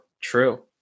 True